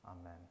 Amen